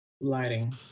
lighting